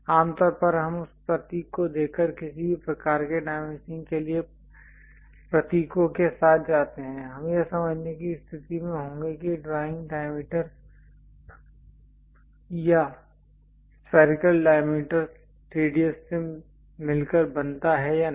आमतौर पर हम उस प्रतीक को देखकर किसी भी प्रकार के डाइमेंशनिंग के लिए प्रतीकों के साथ जाते हैं हम यह समझने की स्थिति में होंगे कि ड्राइंग डायमीटरस् या स्फेरिकल डायमीटरस् रेडियस से मिलकर बनता है या नहीं